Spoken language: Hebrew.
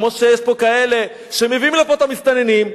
כמו שיש פה כאלה שמביאים לפה את המסתננים,